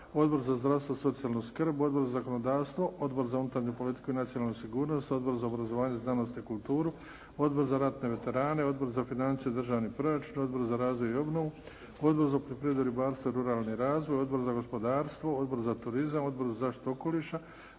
Odbor za zdravstvo i socijalnu skrb, Odbor za zakonodavstvo, Odbor za unutarnju politiku i nacionalnu sigurnosti, Odbor za obrazovanje, znanost i kulturu, Odbor za ratne veterane, Odbor za financije i državni proračun, Odbor za razvoj i obnovu, Odbor za poljoprivredu, ribarstvo i ruralni razvoj, Odbor za gospodarstvo, Odbor za turizam, Odbor za zaštitu okoliša,